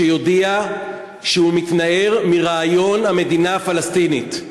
שיודיע שהוא מתנער מרעיון המדינה הפלסטינית.